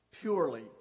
purely